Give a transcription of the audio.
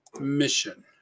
Mission